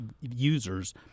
users